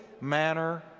manner